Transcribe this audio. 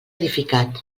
edificat